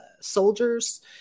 soldiers